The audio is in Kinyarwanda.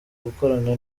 gukorana